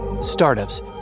Startups